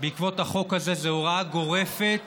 בעקבות החוק הזה זה הוראה גורפת